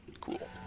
Cool